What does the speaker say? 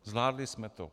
Zvládli jsme to.